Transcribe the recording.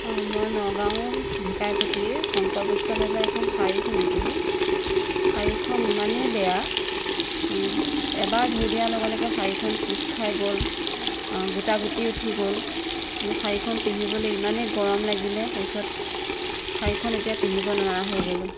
অঁ মই নগাঁৱৰ ঢেকাইপতীৰ শংকৰ বস্ত্ৰালয়ৰপৰা এখন শাৰী কিনিছিলোঁ শাৰীখন ইমানেই বেয়া এবাৰ ধুই দিয়াৰ লগে লগে শাড়ীখন কোছ খাই গ'ল গোটা গোটি উঠি গ'ল মোৰ শাৰীখন পিন্ধিবলৈ ইমানেই গৰম লাগিলে তাৰপিছত শাৰীখন এতিয়া পিন্ধিব নোৱাৰা হৈ গ'লোঁ